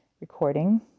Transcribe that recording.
recording